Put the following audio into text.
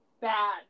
Bad